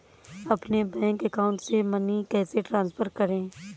अपने bank account से money कैसे ट्रांसफर करें?